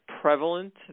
prevalent